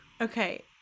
okay